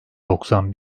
doksan